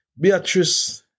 Beatrice